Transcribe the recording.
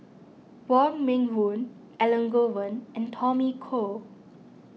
Wong Meng Voon Elangovan and Tommy Koh